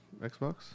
Xbox